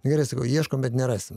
nu gerai sakau ieškom bet nerasim